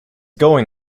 going